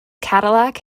cadillac